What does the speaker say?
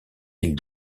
îles